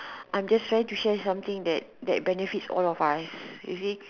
I'm just trying to share something that that benefit all of us you see